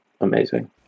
amazing